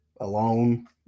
alone